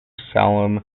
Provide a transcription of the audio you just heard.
salem